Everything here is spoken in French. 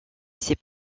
ses